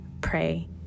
pray